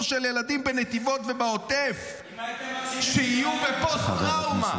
של ילדים בנתיבות ובעוטף שיהיו בפוסט-טראומה.